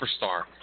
superstar